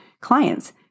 clients